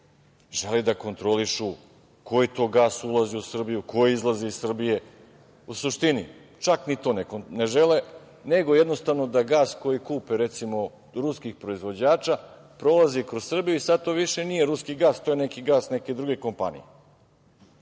žele da kontrolišu koji to gas ulazi u Srbiju, koji izlazi iz Srbije. U suštini, čak i to ne žele, nego jednostavno da gas koji kupe, recimo ruskih proizvođača, prolazi kroz Srbiju i sad to više nije ruski gas, sad je gas neke druge kompanije